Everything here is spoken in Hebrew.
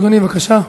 בבקשה.